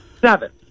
Seven